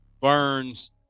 Burns